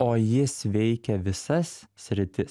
o jis veikia visas sritis